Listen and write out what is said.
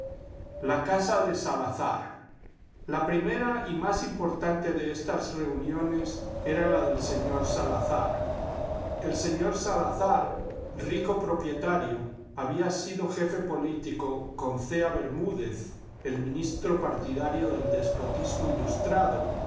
la casa de salazar la primera y más importante de estas reuniones era la del señor salazar el señor salazar rico propietario había sido jefe político con zea bermúdez el ministro partidario del despotismo ilustrado y